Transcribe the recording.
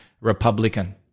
Republican